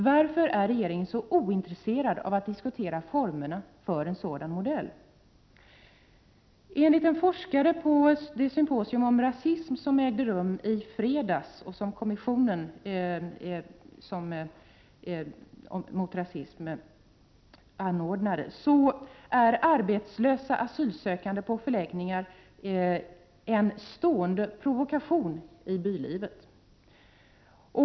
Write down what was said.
Varför är regeringen så ointresserad av att diskutera formerna för en sådan modell? Enligt en forskare på det symposium om rasism som ägde rum i fredags i förra veckan och som var anordnat av kommissionen mot rasism är arbetslösa asylsökande som bor på förläggningar en ständig provokation för bylivet.